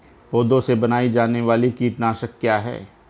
पौधों से बनाई जाने वाली कीटनाशक क्या है?